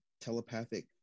telepathic